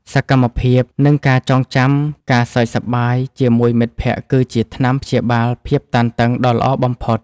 សកម្មភាព និងការចងចាំការសើចសប្បាយជាមួយមិត្តភក្តិគឺជាថ្នាំព្យាបាលភាពតានតឹងដ៏ល្អបំផុត។